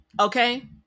Okay